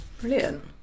Brilliant